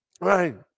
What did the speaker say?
Right